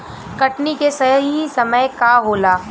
कटनी के सही समय का होला?